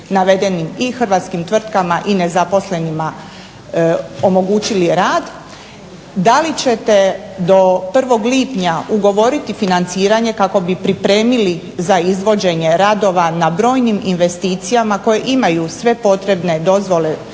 i hrvatskim tvrtkama i nezaposlenima omogućili rad? Da li ćete do 1.lipnja ugovoriti financiranje kako bi pripremili za izvođenje radova na brojnim investicijama koje imaju sve potrebne dozvole,